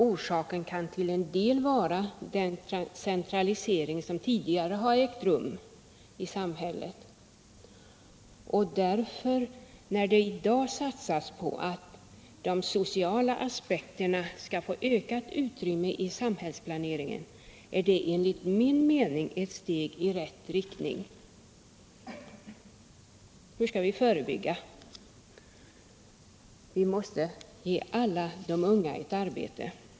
Orsaken kan till en del vara den centralisering som tidigare har ägt rum i samhället. När det i dag satsas på att de sociala aspekterna skall få ökat utrymme i samhällsplaneringen är det därför enligt min mening ett steg i rätt riktning. Hur skall vi förebygga? Vi måste ge alla de unga ett arbete.